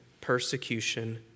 persecution